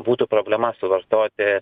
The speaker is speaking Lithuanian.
būtų problema suvartoti